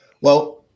Well-